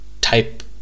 type